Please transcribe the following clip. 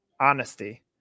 honesty